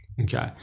Okay